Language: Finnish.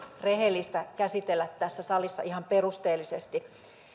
rehellistä käsitellä tässä salissa ihan perusteellisesti